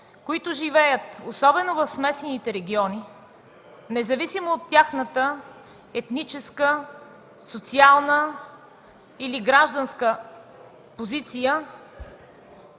които живеят особено в смесените региони, независимо от тяхната етническа, социална или гражданска позиция,